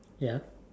ya